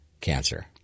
cancer